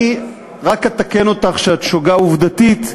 אני רק אתקן אותך ואומר שאת שוגה עובדתית,